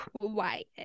quiet